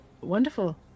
Wonderful